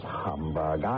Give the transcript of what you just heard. humbug